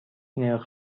نرخ